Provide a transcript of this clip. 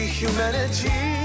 humanity